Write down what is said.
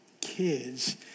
kids